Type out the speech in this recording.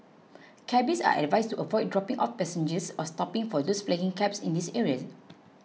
cabbies are advised to avoid dropping off passengers or stopping for those flagging cabs in these areas